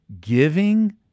Giving